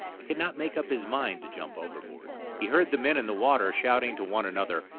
he could not make up his mind to jump overboard. he heard the men in the water shouting to one another,